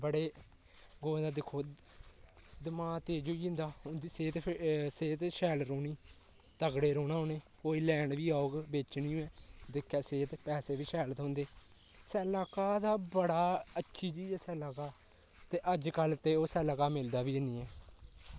बड़े गौआ दा दिक्खो दमाग तेज होई जंदा उं'दी सेह्त फिट सेह्त शैल रौह्नी तगड़े रौह्ना उ'नें कोई लैन बी औग बेचनी होऐ दिक्खे सेह्त पैसे बी शैल थ्होंदे सै'ल्ला घाऽ दा बड़ी अच्छी चीज ऐ सै'ल्ला घाऽ ते अज्ज कल ते ओह् सै'ल्ला घाऽ मिलदा बी ऐनी ऐ